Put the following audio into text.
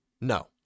No